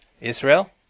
Israel